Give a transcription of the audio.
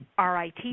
RIT